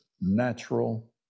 natural